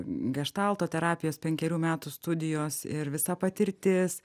geštalto terapijos penkerių metų studijos ir visa patirtis